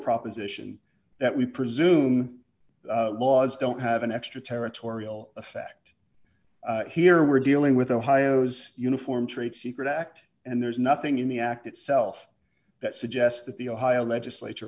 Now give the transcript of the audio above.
proposition that we presume laws don't have an extra territorial effect here we're dealing with ohio's uniform trade secret act and there's nothing in the act itself that suggests that the ohio legislature